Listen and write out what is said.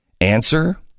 Answer